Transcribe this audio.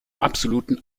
absoluten